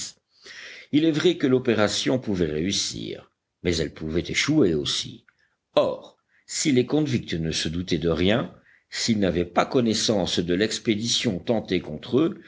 il est vrai que l'opération pouvait réussir mais elle pouvait échouer aussi or si les convicts ne se doutaient de rien s'ils n'avaient pas connaissance de l'expédition tentée contre eux